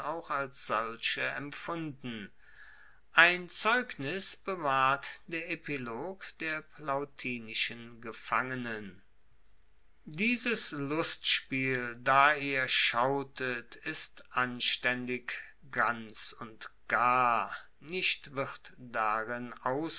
als solche empfunden ein zeugnis bewahrt der epilog der plautinischen gefangenen dieses lustspiel da ihr schautet ist anstaendig ganz und gar nicht wird darin